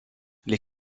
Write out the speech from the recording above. les